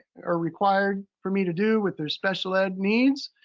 or required for me to do with their special ed needs.